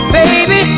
baby